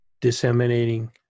disseminating